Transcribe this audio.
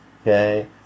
Okay